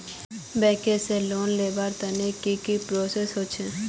Bank से loan लुबार तने की की प्रोसेस होचे?